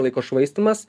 laiko švaistymas